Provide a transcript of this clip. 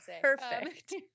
Perfect